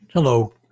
Hello